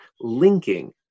linking